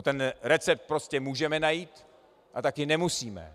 Ten recept prostě můžeme najít a taky nemusíme.